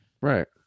right